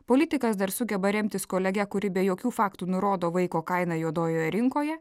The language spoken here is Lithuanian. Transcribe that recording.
politikas dar sugeba remtis kolege kuri be jokių faktų nurodo vaiko kainą juodojoje rinkoje